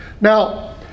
Now